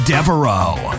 Devereaux